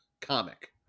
comic